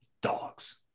dogs